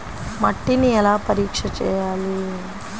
మట్టిని ఎలా పరీక్ష చేయాలి?